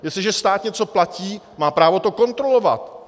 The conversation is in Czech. Jestliže stát něco platí, má právo to kontrolovat.